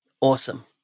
Awesome